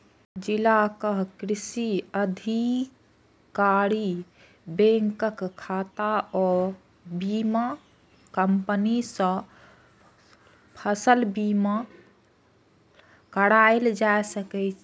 जिलाक कृषि अधिकारी, बैंकक शाखा आ बीमा कंपनी सं फसल बीमा कराएल जा सकैए